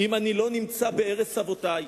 אם אני לא נמצא בערש אבותי.